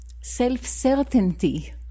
self-certainty